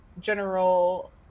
general